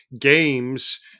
games